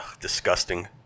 disgusting